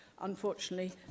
unfortunately